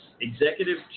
executive